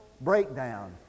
breakdown